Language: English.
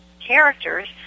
characters